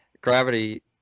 gravity